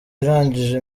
irangije